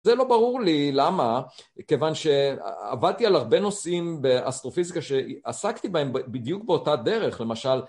זה לא ברור לי למה, כיוון שעבדתי על הרבה נושאים באסטרופיזיקה שעסקתי בהם בדיוק באותה דרך, למשל